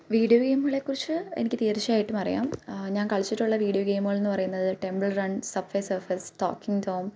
video ഗെയിമുകളെ കുറിച്ച് എനിക്ക് തീർച്ചയായിട്ടും അറിയാം ഞാൻ കളിച്ചിട്ടുള്ള വീഡിയോ ഗെയിമുകളെന്ന് പറയുന്നത് Temple Run Subway Surfers Talking Tom